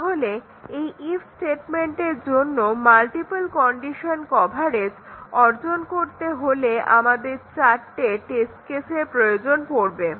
তাহলে এই ইফ্ স্টেটমেন্টের জন্য মাল্টিপল কন্ডিশন কভারেজ অর্জন করতে হলে আমাদের চারটি টেস্ট কেসের প্রয়োজন পড়বে